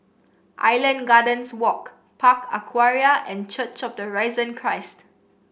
Island Gardens Walk Park Aquaria and Church of the Risen Christ